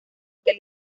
que